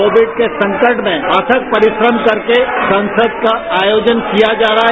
Covid के संकट में अथक परिश्रम करके संसद का आयोजन किया जा रहा है